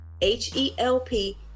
H-E-L-P